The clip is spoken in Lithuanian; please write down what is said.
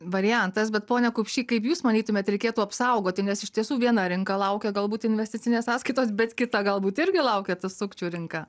variantas bet pone kupšy kaip jūs manytumėt reikėtų apsaugoti nes iš tiesų viena rinka laukia galbūt investicinės sąskaitos bet kita galbūt irgi laukia tų sukčių rinka